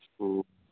ꯑꯣ